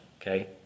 okay